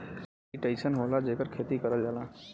कीट अइसन होला जेकर खेती करल जाला